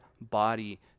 body